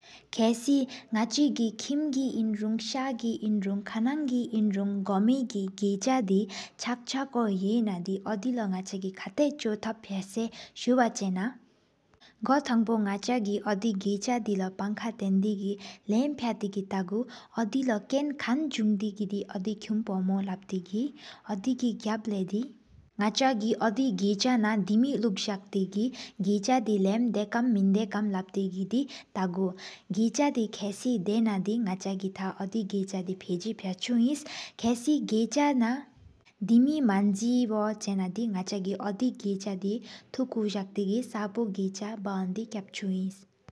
ཁསི་ནག་ཅི་གི་ཨིན་རུང་ཤག་གི་ཨིན་རུང། ཁ་ནའི་དགུ་ཨིན་རུང་གོ་མི་གྱེ་གི་ཆག་དི། ཆག་ཆག་ཀོ་ཧེ་ན་དི་འོ་དེ་ལོ། ནག་ཅ་གི་ཁ་ཏ་ཆུ་ཏོབ་ཕ་ཅ་སུ་བ་ཆེ་ན། གོ་ཐང་པོ་ནག་ཅ་གོ་འོ་དེ་གི་ཆག་དི་ལོ། པང་ཁ་ཏེན་དི་ལམ་ཕ་ཏེ་གི་ཏ་གུ། འོ་དེ་ལོ་ཀེན་ཀམ་ཟུང་དེ་གི་འོ་དེ་ཀུམ་པོ། ལབ་ཏེ་གི་འོ་དེ་གི་ག་བ་ལེ་དི་ནག་ཅ་གི། འོ་དེ་གི་ཆག་ན་དེ་མི་ལུག་ཟག་ཏེ་གི། གི་ཆག་དི་ལམ་དེ་ཀམ་ཡ་མེན་ད་ཀམ། ལབ་ཏེ་གི་ཏ་གུ་གི་ཆག་དི་ཁསི་དེ་ན་དི། ནག་ཅ་གི་འོ་དེ་གི་ཆག་དེ་ཕ་ཞེ་ཕ་སུ་ཨིན། ཁསི་གི་ཆག་ན་དེ་མི་མན་ཟེ་བོ་ཆེ་ནི་དི། ན་ཅ་གི་འོ་དོ་གི་ཆག་དི་ཐུགུ་ཀོ་ཟག་ཏེ་གི། ཟེན་ས་ཕོ་གི་ཆག་བཀ་ཧོན་དེ་ཀ་བ་སུ་ཨིན།